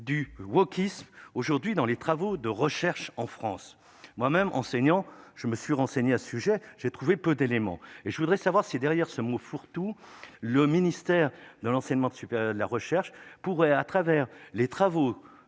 du wokisme aujourd'hui dans les travaux de recherche en France moi-même enseignant, je me suis renseigné à ce sujet, j'ai trouvé peu d'éléments et je voudrais savoir si derrière ce mot fourre-tout, le ministère de l'enseignement de super la recherche pour, à travers les travaux